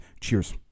Cheers